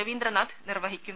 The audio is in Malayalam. രവീന്ദ്രനാഥ് നിർവ്വഹിക്കും